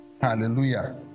Hallelujah